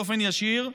באופן ישיר,